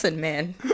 man